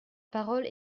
parole